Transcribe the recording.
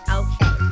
okay